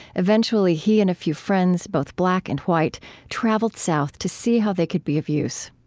eventually, he and a few friends both black and white traveled south to see how they could be of use.